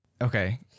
Okay